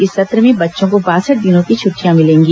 इस सत्र में बच्चों को बासठ दिनों की छुटिटयां मिलेंगी